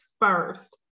first